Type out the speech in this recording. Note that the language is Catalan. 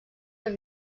per